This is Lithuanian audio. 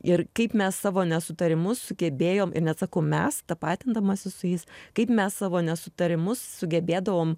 ir kaip mes savo nesutarimus sugebėjom ir net sakau mes tapatindamasi su jais kaip mes savo nesutarimus sugebėdavom